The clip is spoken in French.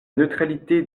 neutralité